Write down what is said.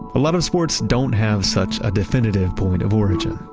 a lot of sports don't have such a definitive point of origin,